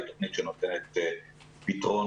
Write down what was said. היא תוכנית שנותנת פתרון